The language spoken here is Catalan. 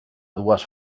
dues